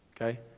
Okay